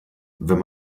wenn